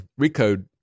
Recode